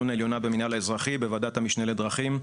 העליונה במנהל האזרחי בוועדת המשנה לדרכים.